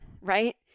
right